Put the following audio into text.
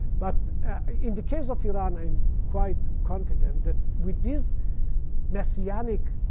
but in the case of iran, i'm quite confident that, with these messianic